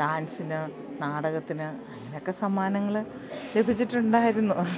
ഡാൻസിന് നാടകത്തിന് അങ്ങനെയൊക്കെ സമ്മാനങ്ങൾ ലഭിച്ചിട്ടുണ്ടായിരുന്നു